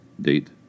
Date